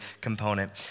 component